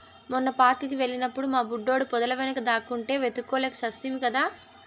మొన్న పార్క్ కి వెళ్ళినప్పుడు మా బుడ్డోడు పొదల వెనుక దాక్కుంటే వెతుక్కోలేక చస్తిమి కదా